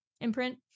imprint